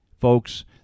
folks